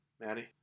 Maddie